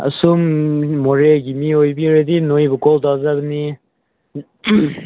ꯑꯁꯣꯝ ꯃꯣꯔꯦꯒꯤ ꯃꯤ ꯑꯣꯏꯕꯤꯔꯗꯤ ꯅꯣꯏꯕꯨ ꯀꯣꯜ ꯇꯧꯖꯕꯅꯤ